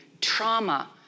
trauma